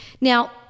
Now